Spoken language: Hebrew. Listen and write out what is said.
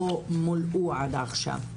מולאו עד עכשיו.